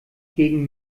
gegen